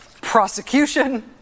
prosecution